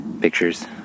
pictures